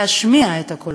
להשמיע את הקולות,